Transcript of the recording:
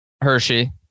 Hershey